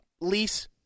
lease